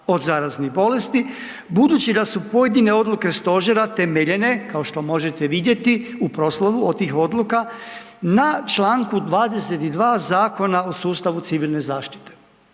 od zaraznih bolesti, budući da su pojedine odluke stožera temeljene kao što možete vidjeti u proslovu od tih odluka na čl. 22.a Zakona o sustavu civilne zaštite.